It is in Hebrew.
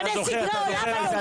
הנורווגי משנה סדרי עולם?